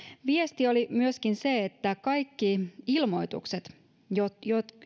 viesti oli myöskin se että kaikki ilmoitukset joita